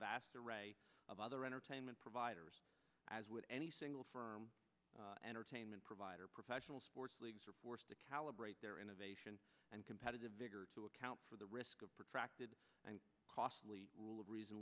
vast array of other entertainment providers as with any single firm entertainment provider professional sports leagues are forced to calibrate their innovation and competitive vigor to account for the risk and costly rule of reason